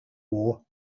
war